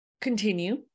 continue